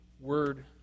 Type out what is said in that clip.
Word